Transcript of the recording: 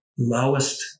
lowest